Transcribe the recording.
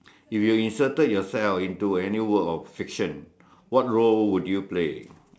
if you have inserted yourself into any world of fiction what role would you play